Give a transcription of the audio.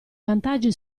vantaggi